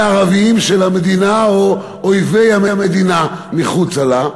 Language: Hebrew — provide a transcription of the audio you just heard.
הערבים של המדינה או אויבי המדינה מחוצה לה.